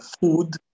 food